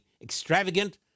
Extravagant